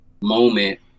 moment